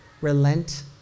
Relent